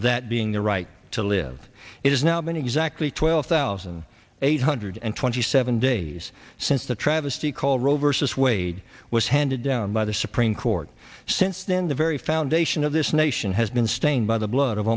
that being their right to live it has now been exactly twelve thousand eight hundred and twenty seven days since the travesty called roe versus wade was handed down by the supreme court since then the very foundation of this nation has been stained by the blood of